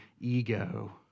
ego